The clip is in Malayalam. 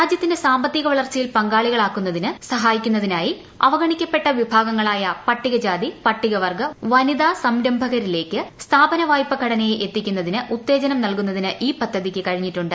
രാജ്യത്തിന്റെ സാമ്പത്തിക വളർച്ചയിൽ പങ്കാളികളാക്കുന്നതിന് സഹായിക്കുന്നതിനായി അവഗണിക്കപ്പെട്ട വിഭാഗങ്ങളായ പട്ടിക ജാതി പട്ടികവർഗു വനിതാ സംരംഭകരിലേക്ക് സ്ഥാപനവായ്പ ഘടനയെ എത്തിക്കുന്നതിന് ഉത്തേജനം നൽകുന്നതിന് ഈ പദ്ധതിക്ക് കഴിഞ്ഞിട്ടുണ്ട്